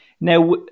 Now